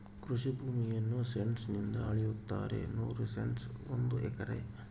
ಕೃಷಿ ಭೂಮಿಯನ್ನು ಸೆಂಟ್ಸ್ ನಿಂದ ಅಳೆಯುತ್ತಾರೆ ನೂರು ಸೆಂಟ್ಸ್ ಒಂದು ಎಕರೆ